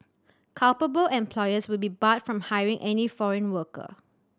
culpable employers will be barred from hiring any foreign worker